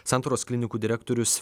santaros klinikų direktorius